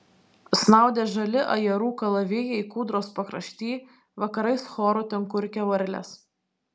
snaudė žali ajerų kalavijai kūdros pakrašty vakarais choru ten kurkė varlės